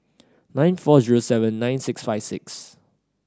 nine four zero seven nine six five six